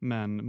Men